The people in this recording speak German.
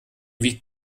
wiegt